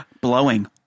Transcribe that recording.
Blowing